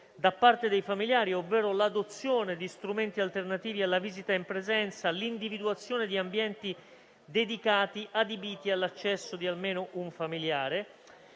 da parte dei familiari ovvero l'adozione di strumenti alternativi alla visita in presenza, l'individuazione di ambienti dedicati, adibiti all'accesso di almeno un familiare.